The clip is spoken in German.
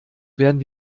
werden